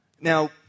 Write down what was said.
Now